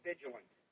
vigilant